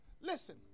listen